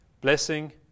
blessing